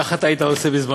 כך אתה היית עושה בזמנו,